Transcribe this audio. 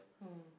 mm